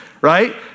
right